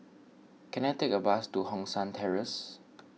can I take a bus to Hong San Terrace